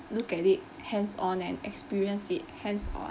look at it hands on and experience it hands on